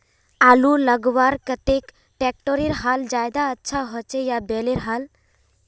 आलूर लगवार केते ट्रैक्टरेर हाल ज्यादा अच्छा होचे या बैलेर हाल?